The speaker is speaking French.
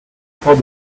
porte